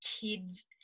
kids